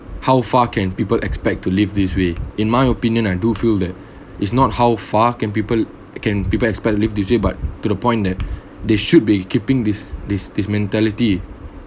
how far can people expect to live this way in my opinion I do feel that is not how far can people can people expect live this way but to the point that they should be keeping this this this mentality